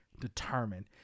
determined